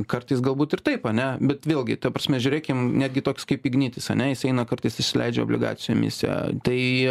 kartais galbūt ir taip ane bet vėlgi ta prasme žiūrėkim netgi toks kaip ignitis ane jis eina kartais išsileidžia obligacijų emisiją tai